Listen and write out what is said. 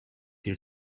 your